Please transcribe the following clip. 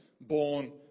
born